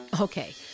Okay